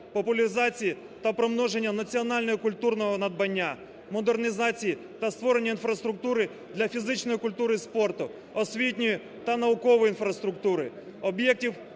популізації та примноження національного культурного надбання, модернізації та створення інфраструктури для фізичної культури і спорту, освітньої та наукової інфраструктури, об'єктів